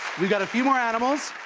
we've got a few more animals.